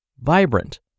vibrant